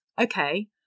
Okay